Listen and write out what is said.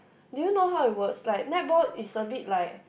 do you know how it works like netball is a bit like